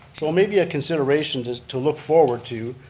so maybe a consideration to to look forward to,